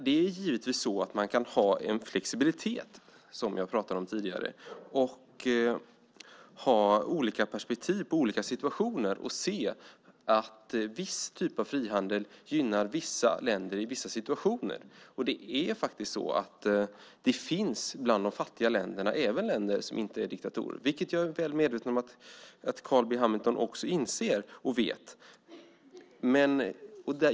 Det är givetvis så att man kan ha en flexibilitet, som jag talade om tidigare, och ha olika perspektiv på olika situationer och se att viss typ av frihandel gynnar vissa länder i vissa situationer. Det finns faktiskt bland de fattiga länderna även länder som inte är diktaturer. Jag är väl medveten om att Carl B Hamilton också inser och vet det.